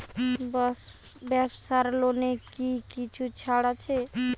ব্যাবসার লোনে কি কিছু ছাড় আছে?